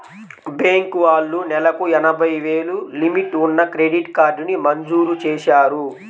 bank వాళ్ళు నెలకు ఎనభై వేలు లిమిట్ ఉన్న క్రెడిట్ కార్డుని మంజూరు చేశారు